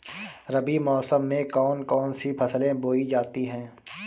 रबी मौसम में कौन कौन सी फसलें बोई जाती हैं?